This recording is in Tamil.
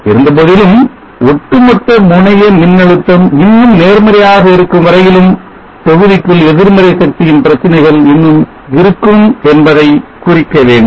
இருந்தபோதிலும் ஒட்டுமொத்த முனைய மின்னழுத்தம் இன்னும் நேர்மறையாக இருக்கும் வரையிலும் தொகுதிக்குள் எதிர்மறை சக்தியின் பிரச்சனைகள் இன்னும் இருக்கும் என்பதை குறிக்க வேண்டும்